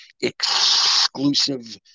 exclusive